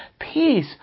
peace